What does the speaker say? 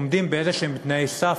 הם עומדים בתנאי סף.